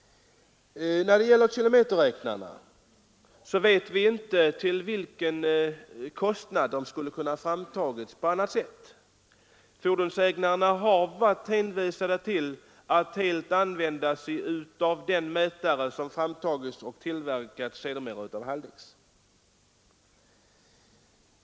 När det gäller kilometerräknarna vet vi inte till vilken kostnad de skulle ha kunnat framtas på annat sätt. Fordonsägarna har varit helt hänvisade till att använda den mätare som framtagits och tillverkats av Haldex.